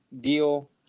deal